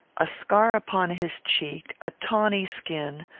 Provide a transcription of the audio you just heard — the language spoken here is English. a scar upon his cheek, a tawny skin,